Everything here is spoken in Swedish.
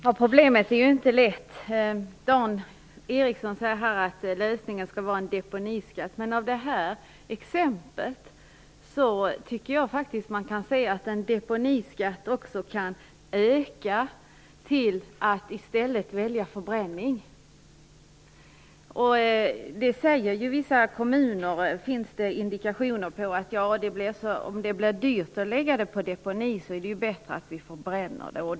Herr talman! Detta är inget lätt problem. Dan Ericsson säger att lösningen skall vara en deponiskatt. Men av detta exempel tycker jag faktiskt att man kan se att en deponiskatt också kan leda till att man i ökad utsträckning väljer förbränning. I vissa kommuner finns det indikationer på att man säger att det är bättre att förbränna om det blir dyrt med deponi.